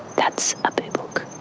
that's a boobook,